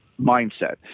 mindset